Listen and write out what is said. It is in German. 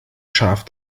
scharf